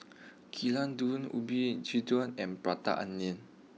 Gulai Daun Ubi and Prata Onion